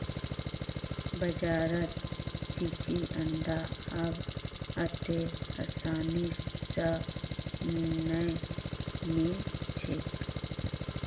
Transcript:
बाजारत चिचिण्डा अब अत्ते आसानी स नइ मिल छेक